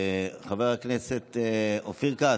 חבר הכנסת אופיר כץ,